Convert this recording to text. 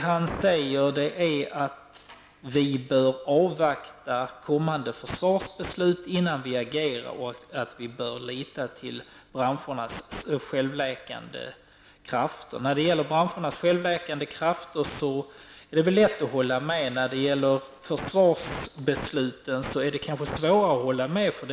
Han säger att vi bör avvakta kommande försvarsbeslut innan vi agerar och att man bör lita till branschens självläkande krafter. Det är lätt att hålla med Reynoldh Furustrand i fråga om branschens självläkande krafter. När det däremot gäller försvarsbesluten är det kanske svårare att hålla med honom.